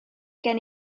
gen